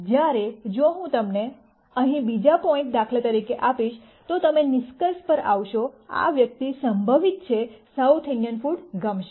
જ્યારે જો હું તમને અહીં બીજો પોઇન્ટ દાખલા તરીકે આપીશ તો તમે નિષ્કર્ષ પર આવશો આ વ્યક્તિ સંભવિત છે સાઉથ ઇન્ડિયન ફૂડ ગમશે